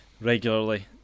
regularly